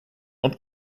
und